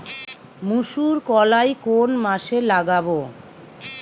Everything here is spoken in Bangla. মুসুর কলাই কোন মাসে লাগাব?